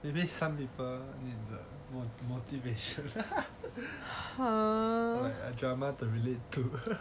maybe some people is a motivation like like a drama to relate to